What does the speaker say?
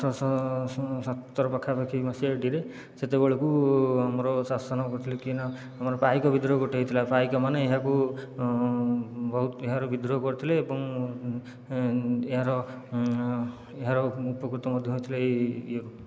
ଅଠରଶହ ସତର ପାଖାପାଖି ମସିହାଟିରେ ସେତବେଳକୁ ଆମର ଶାସନ କରୁଥିଲେ କି ନା ଆମର ପାଇକ ବିଦ୍ରୋହ ଗୋଟିଏ ହୋଇଥିଲା ପାଇକମାନେ ଏହାକୁ ବହୁତ ଏହାର ବିଦ୍ରୋହ କରିଥିଲେ ଏବଂ ଏହାର ଏହାର ଉପକୃତ ମଧ୍ୟ ଥିଲା ଏହି ଇଏରୁ